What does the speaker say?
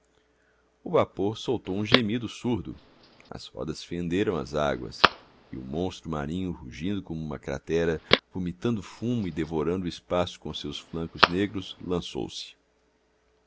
o vapor soltou um gemido surdo as rodas fenderam as águas e o monstro marinho rugindo corno uma cratera vomitando fumo e devorando o espaço com os seus flancos negros lançou-se